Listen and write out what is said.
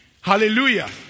hallelujah